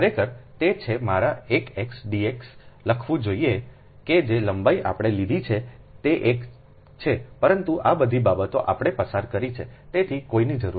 ખરેખર તે છે કે મારે એક dx લખવું જોઈએ કે જે લંબાઈ આપણે લીધી છે તે એક છે પરંતુ આ બધી બાબતો આપણે પસાર કરી છે તેથી કોઈ ની જરૂર નથી